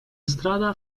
strada